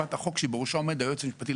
יושב-ראש הוועדה,